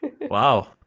Wow